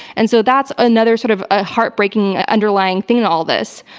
and so, that's another sort of ah heartbreaking underlying thing in all this.